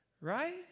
Right